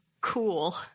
cool